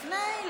לפני,